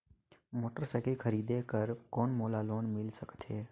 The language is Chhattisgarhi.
मोटरसाइकिल खरीदे बर कौन मोला लोन मिल सकथे?